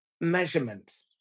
measurement